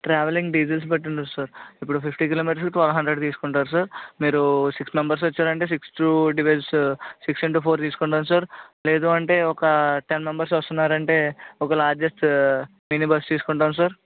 travelling diesels బట్టి ఉంటుంది sir ఇప్పుడు ఫిఫ్టీ కిలోమీటర్స్కి ట్వెల్వ్ హండ్రెడ్ తీసుకుంటారు సార్ మీరు సిక్స్ మెంబర్స్ వచ్చారు అంటే sixty to divides six into four తీసుకుంటాము సార్ లేదు అంటే ఒక టెన్ మెంబర్స్ వస్తున్నారంటే ఒక లార్జెస్ట్ మిని బస్ తీసుకుంటాము సార్